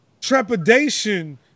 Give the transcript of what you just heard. trepidation